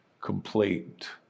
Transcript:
complete